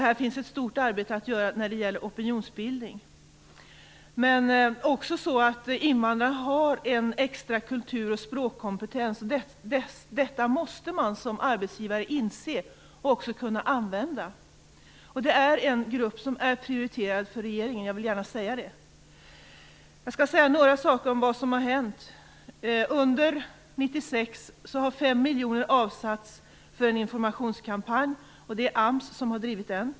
Här finns ett stort arbete att göra när det gäller opinionsbildning. Det är också så att invandrarna har en extra kultur och språkkompetens, och detta måste man som arbetsgivare inse och även kunna använda. Det här är en grupp som är prioriterad för regeringen - jag vill gärna säga det. Jag vill också säga några saker om vad som har hänt. Under 1996 har 5 miljoner avsatts för en informationskampanj som har drivits av AMS.